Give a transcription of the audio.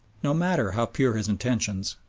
no matter how pure his intentions,